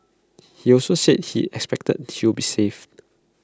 he also said he expected she would be saved